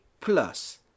plus